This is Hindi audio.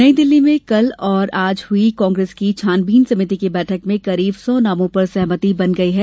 नई दिल्ली में कल और आज हुई कांग्रेस की छानबीन समिति की बैठक में करीब सौ नामों पर सहमति बन गई है